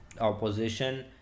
opposition